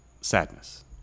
sadness